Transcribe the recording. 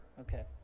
Okay